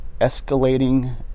escalating